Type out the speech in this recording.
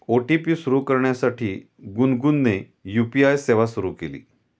OTP सुरू करण्यासाठी गुनगुनने यू.पी.आय सेवा सुरू केली